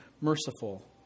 merciful